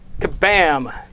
Kabam